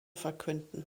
verkünden